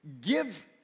give